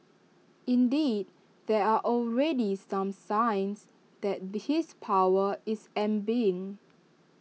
indeed there are already some signs that his power is ebbing